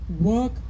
work